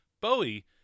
Bowie